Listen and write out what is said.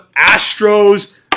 Astros